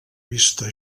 vista